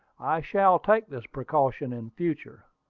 i shall take this precaution in future.